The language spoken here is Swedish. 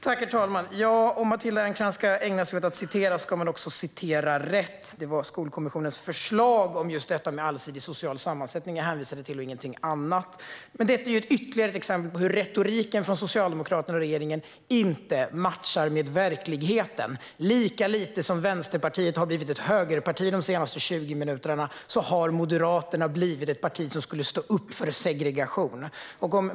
Herr talman! Om Matilda Ernkrans ska ägna sig åt att citera ska hon citera rätt. Det var Skolkommissionens förslag om allsidig social sammansättning jag hänvisade till och ingenting annat. Detta är ytterligare ett exempel på hur Socialdemokraternas och regeringens retorik inte matchar verkligheten. Lika lite som Vänsterpartiet har blivit ett högerparti de senaste 20 minuterna har Moderaterna blivit ett parti som står upp för segregation.